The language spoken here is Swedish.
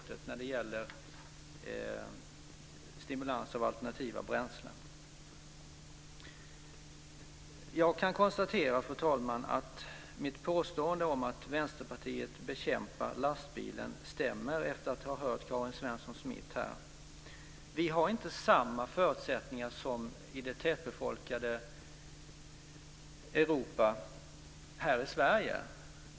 Jag kan, fru talman, efter att ha hört Karin Svensson Smith tala här konstatera att mitt påstående om att Vänsterpartiet bekämpar lastbilen stämmer. Vi här i Sverige har inte samma förutsättningar som man har i de tätbefolkade delarna av Europa.